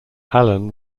allan